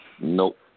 Nope